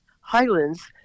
Highlands